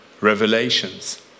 revelations